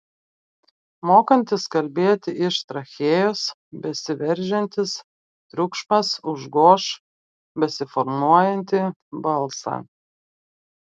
mokantis kalbėti iš trachėjos besiveržiantis triukšmas užgoš besiformuojantį balsą